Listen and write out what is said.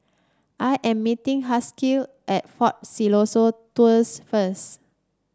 I am meeting Haskell at Fort Siloso Tours first